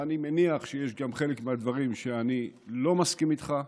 ואני גם מניח שבחלק מהדברים אני לא מסכים איתך,